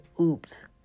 oops